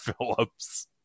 Phillips